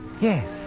Yes